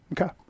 Okay